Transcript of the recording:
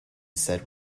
said